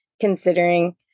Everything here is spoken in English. considering